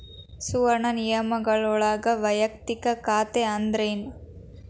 ಸುವರ್ಣ ನಿಯಮಗಳೊಳಗ ವಯಕ್ತಿಕ ಖಾತೆ ಅಂದ್ರೇನ